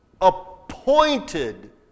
appointed